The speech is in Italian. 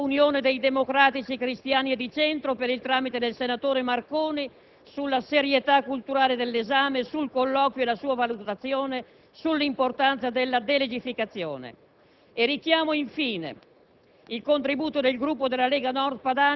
Richiamo inoltre il contributo del Gruppo Unione dei Democraticicristiani e di Centro, per il tramite del senatore Marconi, sulla serietà culturale dell'esame, sul colloquio e la sua valutazione, sull'importanza della delegificazione. Richiamo infine